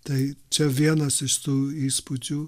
tai čia vienas iš tų įspūdžių